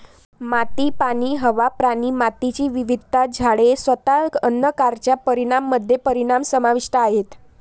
माती, पाणी, हवा, प्राणी, मातीची विविधता, झाडे, स्वतः अन्न कारच्या परिणामामध्ये परिणाम समाविष्ट आहेत